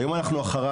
היום אנחנו אחריו.